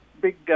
big